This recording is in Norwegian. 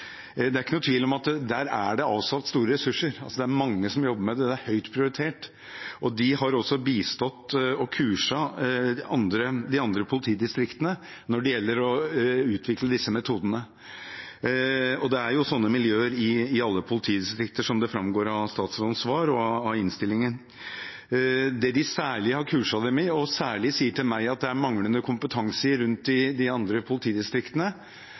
Det er ingen tvil om at der er det avsatt store ressurser, og at det er mange som jobber med det. Det er høyt prioritert, og de har også bistått og kurset de andre politidistriktene i å utvikle disse metodene. Det er sånne miljøer i alle politidistrikter, som det framgår av statsrådens svar og av innstillingen. Det de særlig har kurset dem i, som de sier til meg at det særlig er manglende kompetanse om rundt i de andre politidistriktene,